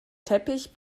teppich